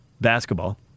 basketball